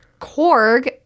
Korg